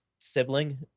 sibling